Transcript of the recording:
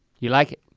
you like it.